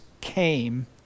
came